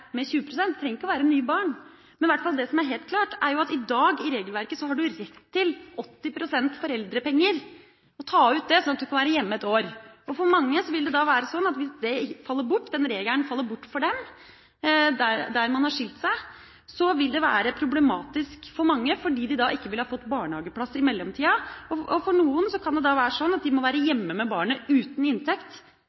pst., det trenger ikke å være nye barn. Men det som er helt klart, er at i regelverket i dag har man rett til å ta ut 80 pst. foreldrepenger, slik at man kan være hjemme et år. For mange vil det da være slik at hvis den regelen faller bort for dem, i de tilfeller der man har skilt seg, vil det være problematisk for mange fordi de ikke vil ha fått barnehageplass i mellomtiden. For noen kan det være slik at de må være